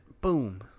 Boom